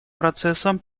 процессом